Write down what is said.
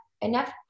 enough